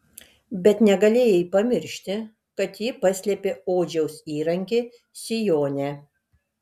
bet negalėjai pamiršti kad ji paslėpė odžiaus įrankį sijone